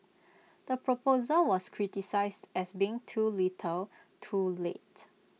the proposal was criticised as being too little too late